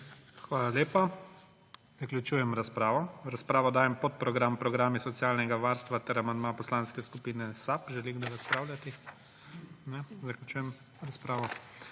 Hvala lepa. Zaključujem razpravo. V razpravo dajem podprogram Programi socialnega varstva ter amandma Poslanske skupine SAB. Želi kdo razpravljati? Ne. Zaključujem razpravo.